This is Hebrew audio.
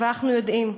אבל אנחנו יודעים: